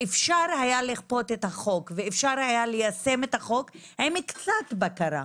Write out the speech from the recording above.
אפשר היה לכפות את החוק ואפשר היה ליישם את החוק עם קצת בקרה.